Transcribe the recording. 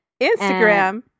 Instagram